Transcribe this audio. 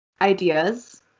ideas